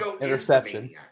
interception